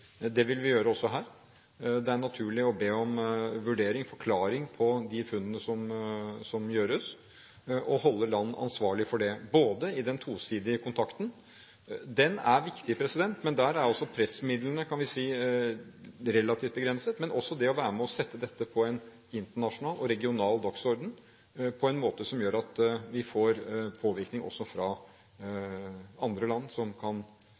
Det vil vi gjøre også her. Det er naturlig å be om vurdering, forklaring, på de funnene som gjøres, og holde land ansvarlig for det, både i den tosidige kontakten – den er viktig, men der er altså pressmidlene, kan vi si, relativt begrenset – og i det å være med og sette dette på en internasjonal og regional dagsorden på en måte som gjør at de får påvirkning også fra andre land, som kan